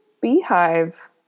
beehive